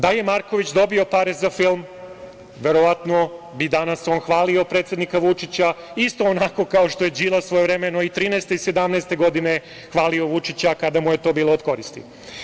Da je Marković dobio pare za film, verovatno bi on danas hvalio predsednika Vučića isto onako kao što je Đilas svojevremeno i 2013. i 2017. godine hvalio Vučića kada mu je to bilo od koristi.